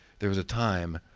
there was a time,